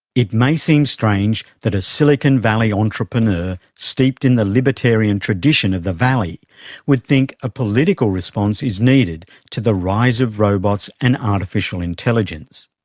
it may seem strange that a silicon valley entrepreneur steeped in the libertarian tradition of the valley would think a political response is needed to the rise of robots and artificial intelligence.